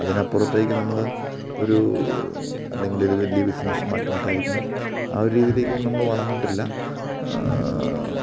അതിനപ്പുറത്തേക്ക് നമ്മൾ ഒരു അല്ലെങ്കിൽ ഒരു വലിയ ബിസിനസ് മാഗ്നെറ്റായിരിക്കണം ആ രീതിയിലേക്കൊന്നും നമ്മൾ വളർന്നിട്ടില്ല